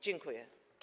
Dziękuję.